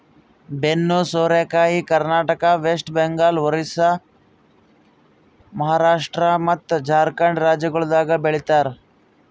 ಬೆನ್ನು ಸೋರೆಕಾಯಿ ಕರ್ನಾಟಕ, ವೆಸ್ಟ್ ಬೆಂಗಾಲ್, ಒರಿಸ್ಸಾ, ಮಹಾರಾಷ್ಟ್ರ ಮತ್ತ್ ಜಾರ್ಖಂಡ್ ರಾಜ್ಯಗೊಳ್ದಾಗ್ ಬೆ ಳಿತಾರ್